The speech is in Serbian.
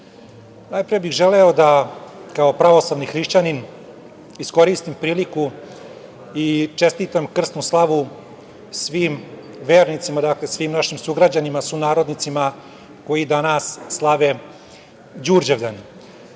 najpre bih želeo da kao pravoslavni hrišćanin iskoristim priliku i čestitam krsnu slavu svim vernicima, svim našim sugrađanima, sunarodnicima koji danas slave Đurđevdan. Dva